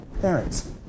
parents